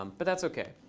um but that's ok.